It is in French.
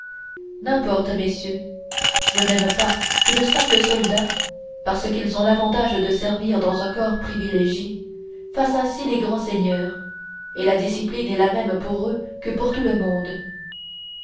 n'importe messieurs je n'aime pas que de simples soldats parce qu'ils ont l'avantage de servir dans un corps privilégié fassent ainsi les grands seigneurs et la discipline est la même pour eux que pour tout le monde